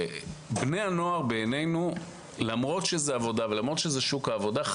למרות שזו עבודה ולמרות שזה שוק העבודה,